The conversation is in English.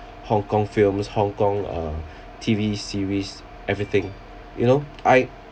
hong kong films hong kong uh T_V series everything you know I